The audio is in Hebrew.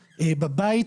בבית,